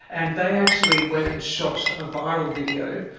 and they actually went and shot a viral video,